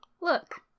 look